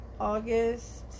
August